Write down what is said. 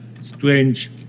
strange